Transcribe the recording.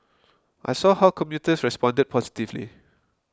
I saw how commuters responded positively